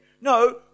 No